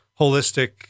holistic